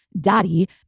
daddy